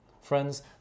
Friends